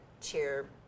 cheer